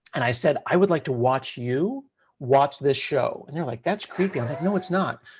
and i said, i would like to watch you watch this show. and they're like, that's creepy. i'm like, no it's not.